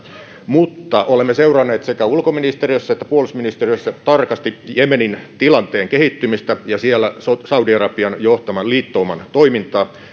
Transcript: mutta olemme seuranneet sekä ulkoministeriössä että puolustusministeriössä tarkasti jemenin tilanteen kehittymistä ja siellä saudi arabian johtaman liittouman toimintaa